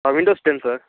ah windows ten sir